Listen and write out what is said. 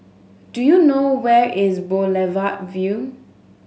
do you know where is Boulevard Vue